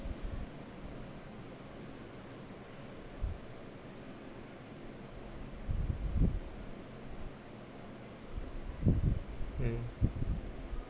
mm